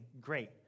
great